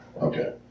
okay